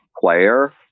player